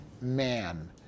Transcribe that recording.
man